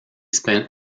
spent